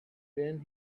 then